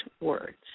words